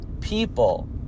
people